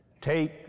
Take